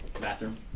Bathroom